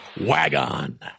Wagon